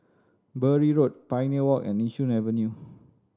Bury Road Pioneer Walk and Yishun Avenue